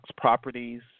properties